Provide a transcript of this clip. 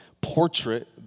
portrait